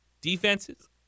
defenses